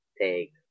take